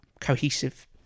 cohesive